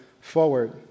forward